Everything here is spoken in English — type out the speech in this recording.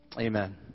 Amen